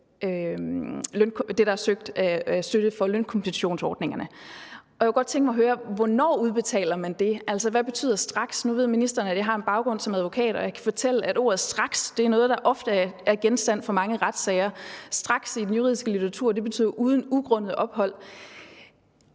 det, der er søgt af støtte for lønkompensationsordningerne, og jeg kunne godt tænke mig at høre, hvornår man udbetaler det. Altså, hvad betyder »straks«? Nu ved ministeren, at jeg har en baggrund som advokat, og jeg kan fortælle, at ordet straks er noget, der ofte er genstand for mange retssager. I den juridiske litteratur betyder straks uden ugrundet ophold,